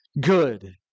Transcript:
good